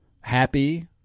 happy